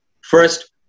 first